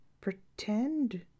pretend